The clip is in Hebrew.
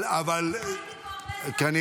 אבל --- מה לעשות?